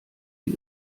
die